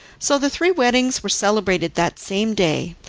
so the three weddings were celebrated that same day,